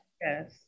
Yes